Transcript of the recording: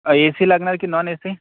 ए C लागणार की non A C